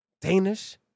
Danish